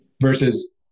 Versus